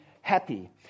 happy